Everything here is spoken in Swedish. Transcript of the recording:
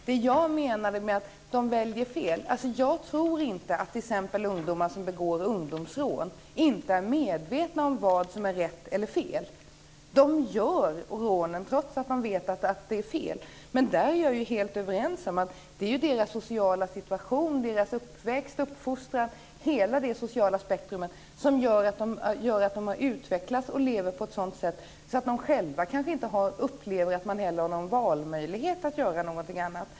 Det jag menade när jag sade att de väljer fel var att jag inte tror att t.ex. ungdomar som begår rån inte är medvetna om vad som är rätt och fel. De begår rånen, trots att de vet att det är fel. Men vi är ju helt överens om att det är deras sociala situation, deras uppväxt, deras uppfostran och hela det sociala spektrumet som gör att de har utvecklats och lever på ett sådant sätt att de själva kanske inte upplever att de har någon möjlighet att välja någonting annat.